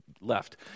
left